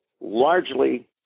largely